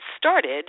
started